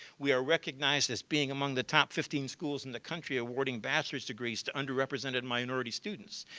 we are recognized as being among the top fifteen schools in the country awarding master's degrees to underrepresented minority students.